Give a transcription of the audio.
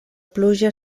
pluja